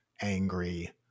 angry